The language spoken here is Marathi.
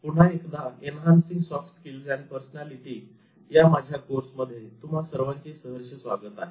पुन्हा एकदा "enhancing soft skills and personality' या माझ्या कोर्समध्ये तुम्हा सर्वांचे सहर्ष स्वागत आहे